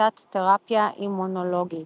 בשיטת תרפיה אימונולוגית.